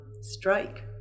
strike